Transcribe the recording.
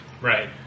right